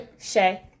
Shay